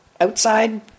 outside